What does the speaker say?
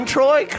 Troy